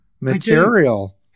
material